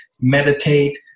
meditate